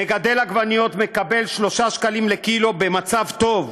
מגדל עגבניות מקבל 3 שקלים לקילו, במצב טוב,